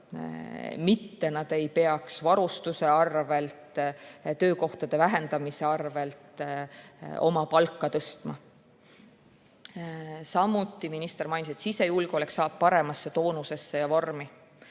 mitte ei peaks oma varustuse arvel ja töökohtade vähendamise hinnaga oma palka tõstma. Minister mainis, et sisejulgeolek saab paremasse toonusesse ja vormi.